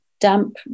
damp